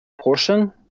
portion